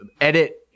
edit